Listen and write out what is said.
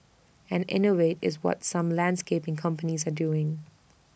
and innovate is what some landscaping companies are doing